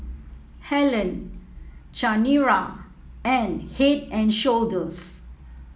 Helen Chanira and Head And Shoulders